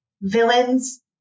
villains